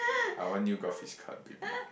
I want you graph his card baby